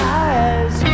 eyes